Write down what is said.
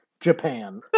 Japan